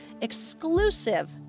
exclusive